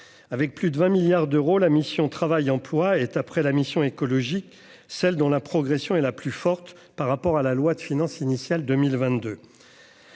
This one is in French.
avec plus de 20 milliards d'euros, la mission Travail emploi est après la mission écologique, celle dont la progression est la plus forte par rapport à la loi de finances initiale 2022